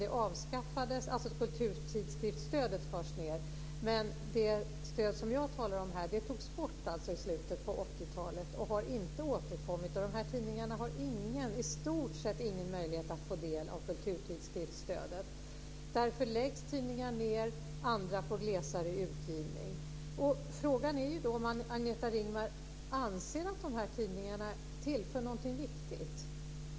Det var alltså kulturtidskriftsstödet som skars ned. Men det stöd som jag talar om här togs bort i slutet av 80-talet och har inte återkommit. Dessa tidningar har i stort sett ingen möjlighet att få del av kulturtidskriftsstödet. Därför läggs vissa tidningar ned. Andra får glesare utgivning. Frågan är då om Agneta Ringman anser att de här tidningarna tillför något viktigt.